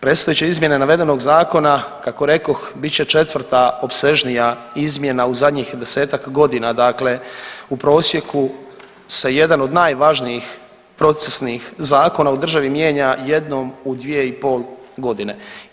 Predstojeće izmjene navedenog zakona kako rekoh bit će 4 opsežnija izmjena u zadnjih 10-ak godina, dakle u prosjeku se jedan od najvažnijih procesnih zakona u državi mijenja jednom u 2,5 godine.